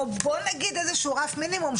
או בואו נגיד איזה שהוא רף מינימום,